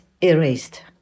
erased